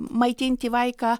maitinti vaiką